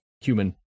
human